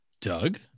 Doug